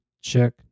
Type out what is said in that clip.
check